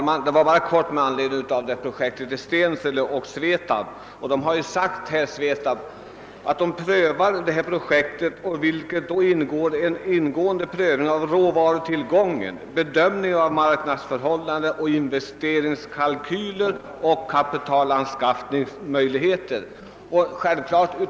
Herr talman! En kort replik med anledning av projektet i Stensele och SVETAB! Detta företag har förklarat att det undersöker projektet, och i undersökningen ingår en noggrann prövning av råvarutillgången, en bedömning av marknadsförhållandena, investeringskalkyler och en granskning av kapitalanskaffningsmöjligheterna.